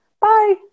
Bye